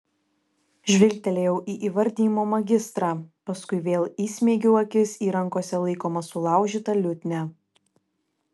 žvilgtelėjau į įvardijimo magistrą paskui vėl įsmeigiau akis į rankose laikomą sulaužytą liutnią